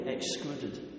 excluded